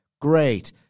great